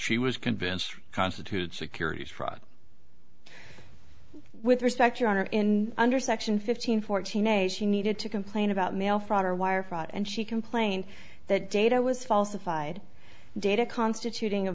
she was convinced constitute securities fraud with respect your honor in under section fifteen fourteen a she needed to complain about mail fraud or wire fraud and she complained that data was falsified data constitut